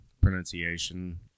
pronunciation